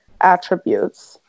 attributes